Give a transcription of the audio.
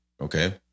Okay